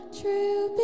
true